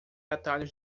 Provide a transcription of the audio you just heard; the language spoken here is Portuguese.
atalhos